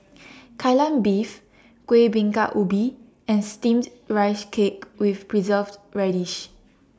Kai Lan Beef Kueh Bingka Ubi and Steamed Rice Cake with Preserved Radish